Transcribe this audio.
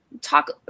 talk